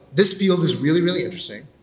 this field is really, really interesting.